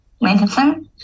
medicine